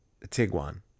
Tiguan